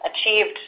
achieved